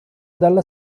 dalla